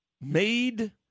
made